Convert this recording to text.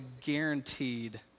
guaranteed